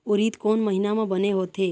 उरीद कोन महीना म बने होथे?